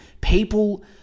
people